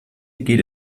geht